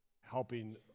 Helping